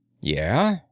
Yeah